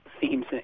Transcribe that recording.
themes